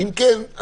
אם כן,